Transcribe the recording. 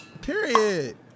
Period